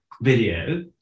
video